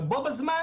בו בזמן